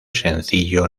sencillo